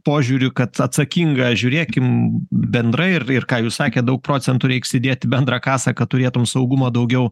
požiūriu kad atsakingą žiūrėkim bendrai ir ir ką jūs sakėt daug procentų reiks įdėt į bendrą kasą kad turėtum saugumo daugiau